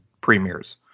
premieres